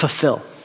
fulfill